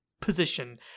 position